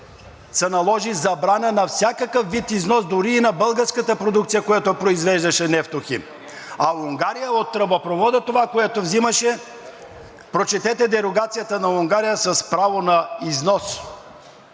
се наложи забрана на всякакъв вид износ, дори и на българската продукция, която произвеждаше „Нефтохим“. А Унгария от тръбопровода това, което вземаше, прочетете дерогацията на Унгария – с право на износ,